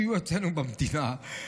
שיהיו אצלנו במדינה.